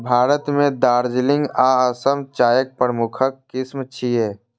भारत मे दार्जिलिंग आ असम चायक प्रमुख किस्म छियै